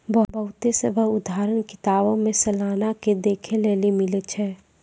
बहुते सभ उदाहरण किताबो मे सलाना के देखै लेली मिलै छै